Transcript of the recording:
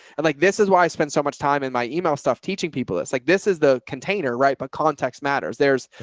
and like, this is why i spent so much time in my email stuff, teaching people it's like, this is the container. right. but context matters. there's